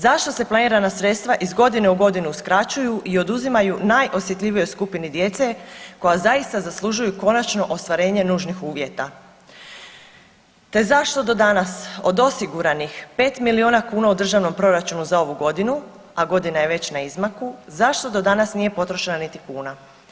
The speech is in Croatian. Zašto se planirana sredstva iz godine u godinu uskraćuju i oduzimaju najosjetljivijoj skupini djece koja zaista zaslužuju konačno ostvarenje nužnih uvjeta te zašto do danas od osiguranih 5 milijuna kuna u državnom proračunu za ovu godinu, a godina je već na izmaku, zašto do danas nije potrošena niti kuna?